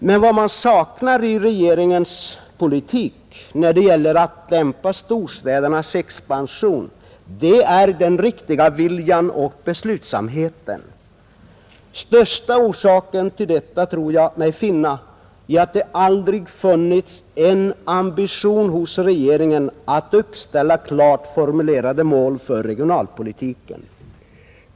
Men vad man saknar i regeringens politik därvidlag är den riktiga viljan och beslutsam heten. Största orsaken till detta tror jag mig finna i det förhållandet att I oo det aldrig har funnits en ambition hos regeringen att uppställa klart Regional utveckling formulerade mål för regionalpolitiken.